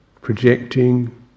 projecting